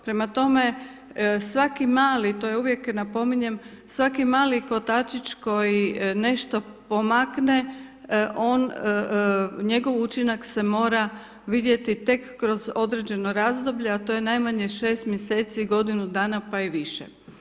Prema tome, svaki mali, to je uvijek, napominjem, svaki mali kotačić koji nešto pomakne on, njegov učinak se mora vidjeti tek kroz određeno razdoblje a to je najmanje 6 mjeseci, godinu dana pa i više.